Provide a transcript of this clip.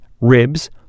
ribs